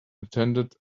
attended